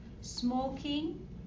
Smoking